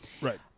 Right